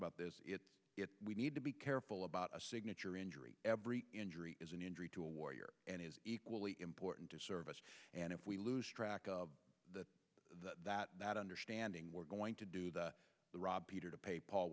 about this we need to be careful about a signature injury every injury is an injury to a warrior and is equally important to service and if we lose track of that that understanding we're going to do that rob peter to pay paul